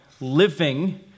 living